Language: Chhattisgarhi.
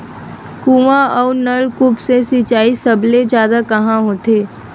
कुआं अउ नलकूप से सिंचाई सबले जादा कहां होथे?